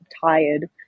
tired